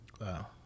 wow